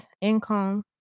income